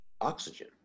oxygen